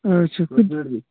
اچھا